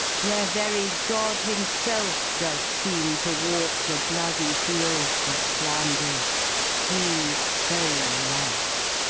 where very god himself does seem to walk the bloody fields of flanders he so loves!